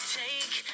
take